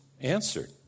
answered